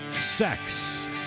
Sex